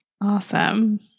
Awesome